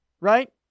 Right